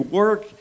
work